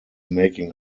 making